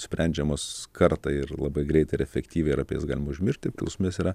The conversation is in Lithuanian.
sprendžiamos kartą ir labai greitai ir efektyviai ir apie jas galima užmiršti priklausomybės yra